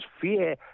fear